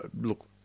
look